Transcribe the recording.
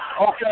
Okay